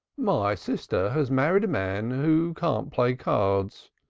my sister has married a man who can't play cards,